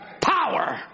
power